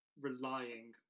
relying